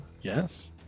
Yes